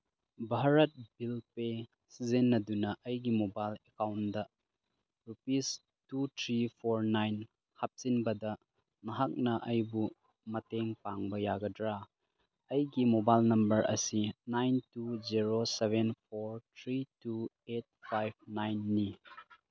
Bharat bill pay ꯁꯤꯖꯤꯟꯅꯗꯨꯅ ꯑꯩꯒꯤ mobile account rupees two three four nine ꯍꯥꯞꯆꯤꯟꯕꯗ ꯅꯍꯥꯛꯅ ꯑꯩꯕꯨ ꯃꯇꯦꯡ ꯄꯥꯡꯕ ꯌꯥꯒꯗ꯭ꯔꯥ ꯑꯩꯒꯤ ꯃꯣꯕꯥꯏꯜ ꯅꯝꯕꯔ ꯑꯁꯤ nine two zero seven four three two eight five ꯅꯥꯏꯟꯅꯤ